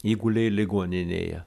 ji gulėjo ligoninėje